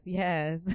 yes